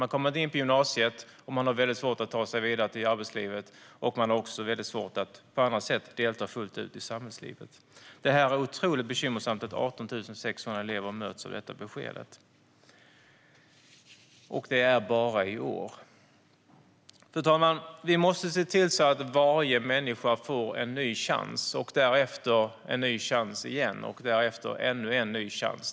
Man kommer inte in på gymnasiet, och man har svårt att ta sig vidare till arbetslivet. Man har också svårt att på andra sätt delta fullt ut i samhällslivet. Det är otroligt bekymmersamt att 18 600 elever möts av detta besked, och det bara i år. Fru talman! Vi måste se till att varje människa får en ny chans, därefter en ny chans och sedan ännu en ny chans.